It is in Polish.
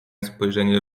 spojrzenie